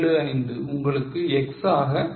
75 உங்களுக்கு x ஆக கிடைக்கும்